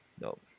Nope